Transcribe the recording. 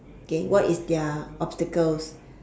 okay what is their obstacles